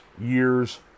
years